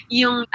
yung